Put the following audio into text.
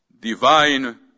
divine